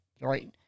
right